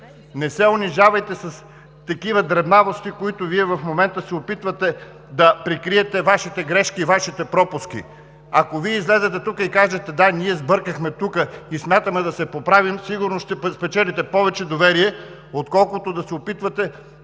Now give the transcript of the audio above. Не се унижавайте с такива дребнавости, с които Вие в момента се опитвате да прикриете Вашите грешки, Вашите пропуски. Ако Вие излезете тук и кажете: да, ние сбъркахме и смятаме да се поправим, сигурно ще спечелите повече доверие, отколкото да се опитвате